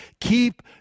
keep